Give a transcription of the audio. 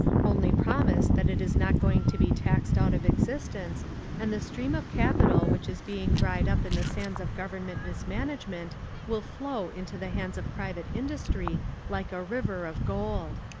only promise that it is not going to be taxed out of existence and the stream of capital which is being dried up in the sands of government mismanagement will flow into the hands of private industry like a river of gold.